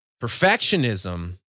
Perfectionism